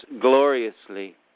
gloriously